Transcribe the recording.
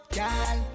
Girl